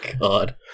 God